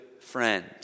friend